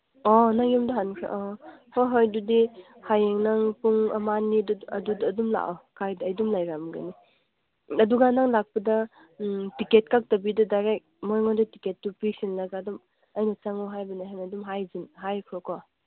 ꯑꯣ ꯅꯪ ꯌꯨꯝꯗ ꯈꯟꯈ꯭ꯔꯦ ꯑꯣ ꯍꯣꯏ ꯍꯣꯏ ꯑꯗꯨꯗꯤ ꯍꯌꯦꯡ ꯅꯪ ꯄꯨꯡ ꯑꯃ ꯑꯅꯤ ꯑꯗꯨꯗ ꯑꯗꯨꯝ ꯂꯥꯛꯑꯣ ꯀꯥꯏꯗꯦ ꯑꯩ ꯑꯗꯨꯝ ꯂꯩꯔꯝꯒꯅꯤ ꯑꯗꯨꯒ ꯅꯪ ꯂꯥꯛꯄꯗ ꯇꯤꯛꯀꯦꯠ ꯀꯛꯇꯕꯤꯗ ꯗꯥꯏꯔꯦꯛ ꯃꯣꯏꯉꯣꯟꯗ ꯇꯤꯀꯦꯠꯇꯨ ꯄꯤꯁꯤꯜꯂꯒ ꯑꯗꯨꯝ ꯑꯩꯅ ꯆꯪꯉꯣ ꯍꯥꯏꯕꯅꯦ ꯍꯥꯏꯅ ꯑꯗꯨꯝ ꯍꯥꯏꯔꯣ